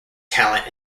talent